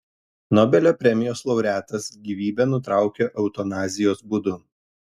nobelio premijos laureatas gyvybę nutraukė eutanazijos būdu